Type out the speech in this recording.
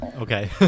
Okay